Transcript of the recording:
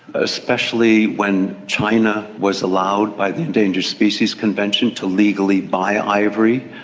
especially when china was allowed by the endangered species convention to legally buy ivory,